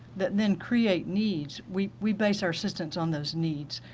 that then creates needs, we we based our assistance on those needs.